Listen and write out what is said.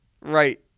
right